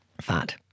fat